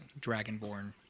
dragonborn